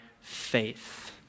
faith